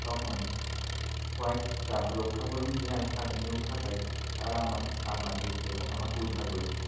তখন কয়েকটা রক্ষাকর্মী সেখানে নিয়োগ থাকাই তারা আমার প্রাণ বাঁচিয়েছিলো এবং আমাকে উদ্ধার করেছিলো